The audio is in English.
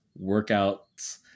workouts